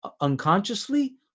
unconsciously